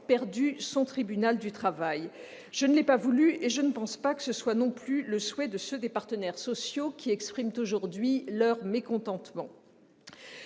perdu son tribunal du travail. Je ne l'ai pas voulu, et je ne pense pas que ce soit non plus le souhait de ceux qui, parmi les partenaires sociaux, expriment aujourd'hui leur mécontentement.